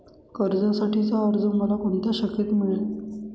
कर्जासाठीचा अर्ज मला कोणत्या शाखेत मिळेल?